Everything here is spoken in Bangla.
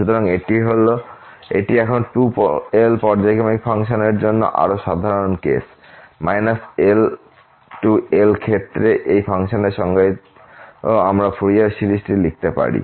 সুতরাং এটি এখন 2l পর্যায়ক্রমিক ফাংশন এর জন্য আরও সাধারণ কেস -l l ক্ষেত্রে এই ফাংশনের সংজ্ঞায়িত আমরা ফুরিয়ার সিরিজটি লিখতে পারি